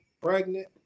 pregnant